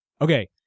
Okay